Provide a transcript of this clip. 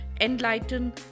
enlighten